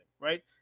right